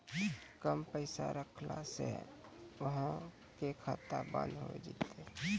कम पैसा रखला से अहाँ के खाता बंद हो जैतै?